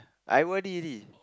I o_r_d already